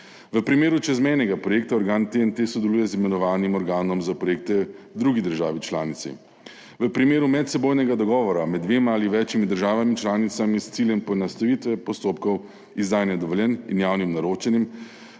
V primeru čezmejnega projekta organ TEN-T sodeluje z imenovanim organom za projekte v drugi državi članici. V primeru medsebojnega dogovora med dvema ali več državami članicami s ciljem poenostavitve postopkov izdajanja dovoljenj in javnim naročanjem,